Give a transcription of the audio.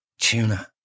Tuna